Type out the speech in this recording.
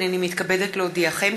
הינני מתכבדת להודיעכם,